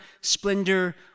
splendor